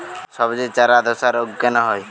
সবজির চারা ধ্বসা রোগ কেন হয়?